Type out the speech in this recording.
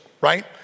right